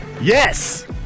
Yes